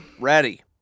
Ready